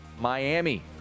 Miami